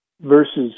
versus